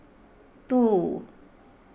two